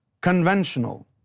conventional